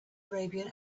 arabian